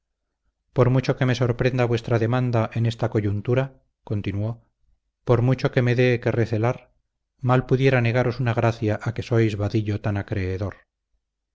por mucho que me sorprenda vuestra demanda en esta coyuntura continuó por mucho que me dé que recelar mal pudiera negaros una gracia a que sois vadillo tan acreedor